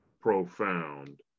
profound